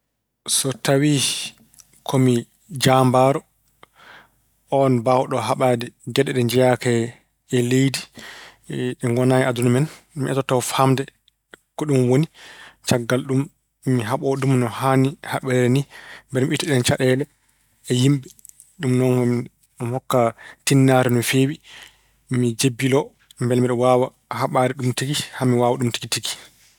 So tawi ko mi jambaaro. Oon mbaawɗo haɓaade e geɗe ɗe njeyaaka e leydi, ɗe ngonaa e aduna men. Mi etoto tawa faamde ko ɗum woni. Caggal ɗum, mi haɓoo ɗum no haani haɓireede ni. Mbele mi itta ɗeen caɗeele e yimɓe. Ɗum noon mi hokka tinnaare no feewi. Mi jebbilo mbele mbeɗa waawa haɓaade ɗum tigi tigi, haa mi waawa ɗum tigi tigi.